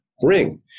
bring